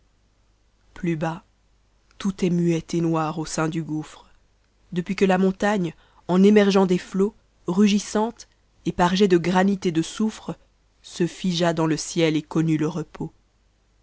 plus bas tout est muet et noir au sein du gouflre depuis que la montagne en émergeant des flots rugissante et par jets de granit et de soufre se figea dans le ciel et connut le repos